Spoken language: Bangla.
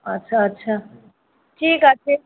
আচ্ছা আচ্ছা ঠিক আছে